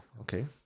okay